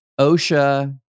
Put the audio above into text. OSHA